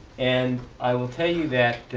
and i will tell you that